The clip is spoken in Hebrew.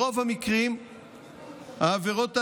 ברוב המקרים העבירות הללו,